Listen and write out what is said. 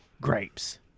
grapes